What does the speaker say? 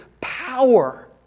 power